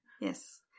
Yes